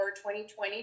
2020